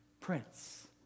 Prince